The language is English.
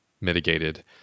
mitigated